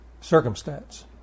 Circumstance